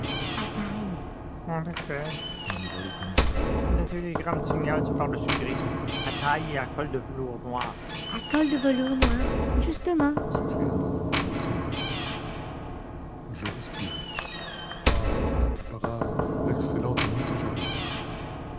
à taille en effet murmura le commissaire le télégramme signale ce pardessus gris à taille et à col de velours noir à col de velours noir justement s'écria madame renaud triomphante je respirai ah la brave l'excellente amie que j'avais là